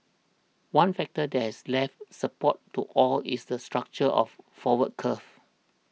one factor that has lent support to oil is the structure of forward curve